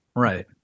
Right